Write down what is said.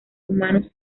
humanos